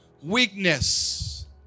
weakness